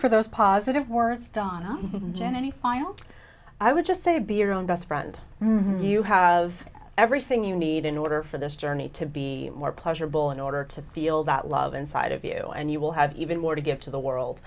for those positive words donna jen any final i would just say be your own best friend you have everything you need in order for this journey to be more pleasurable in order to feel that love inside of you and you will have even more to give to the world